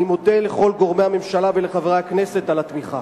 אני מודה לכל גורמי הממשלה ולחברי הכנסת על התמיכה.